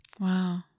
Wow